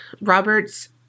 Robert's